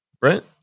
brent